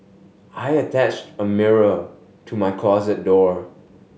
I attached a mirror to my closet door